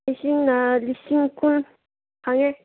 ꯏꯁꯤꯡꯅ ꯂꯤꯁꯤꯡ ꯀꯨꯟ ꯐꯪꯉꯦ